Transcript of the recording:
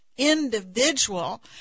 individual